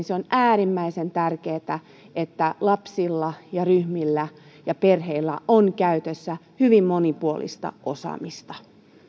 se on äärimmäisen tärkeätä että lapsilla ja ryhmillä ja perheillä on käytössä hyvin monipuolista osaamista